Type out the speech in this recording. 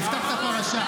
תפתח את הפרשה.